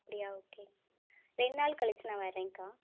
அப்படியா ஓகே ரெண்டு நாள் கழிச்சி நான் வரேன் அக்கா